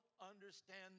understand